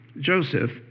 Joseph